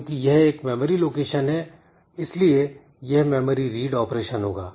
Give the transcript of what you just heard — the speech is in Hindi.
क्योंकि यह एक मेमोरी लोकेशन है इसलिए यह मेमोरी रीड ऑपरेशन होगा